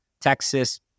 Texas